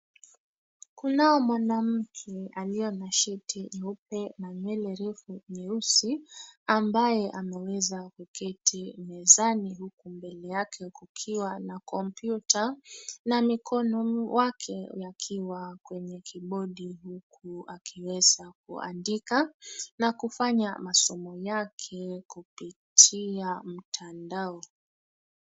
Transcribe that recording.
Kunao mwanamke aliye na shati nyeupe na nywele refu nyeusi, ambaye ameweza kuketi mezani, huku mbele yake kukiwa na kompyuta, na mikono yake yakiwa kwenye kibodi huku akiweza kuandika, na kufanya masomo yake kupitia mtandao.